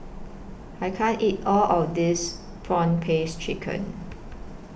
I can't eat All of This Prawn Paste Chicken